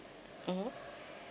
mmhmm